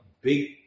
big